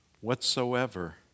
whatsoever